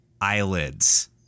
eyelids